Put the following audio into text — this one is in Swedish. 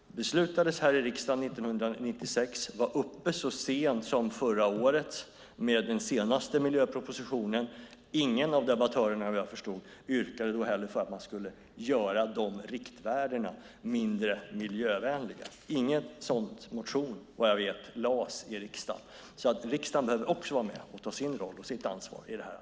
De beslutades i riksdagen 1996 och var uppe så sent som förra året i samband med den senaste miljöpropositionen. Ingen av debattörerna yrkade, vad jag förstår, på att man skulle göra de riktvärdena mindre miljövänliga. Ingen sådan motion väcktes, vad jag vet, i riksdagen. Riksdagen behöver också vara med och ha sin roll och ta sitt ansvar i det arbetet.